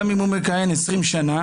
גם אם הוא מכהן 20 שנה.